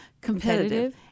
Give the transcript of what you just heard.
Competitive